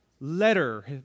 Letter